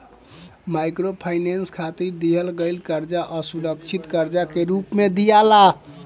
microfinance खातिर दिहल गईल कर्जा असुरक्षित कर्जा के रूप में दियाला